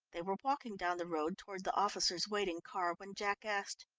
they were walking down the road towards the officers' waiting car, when jack asked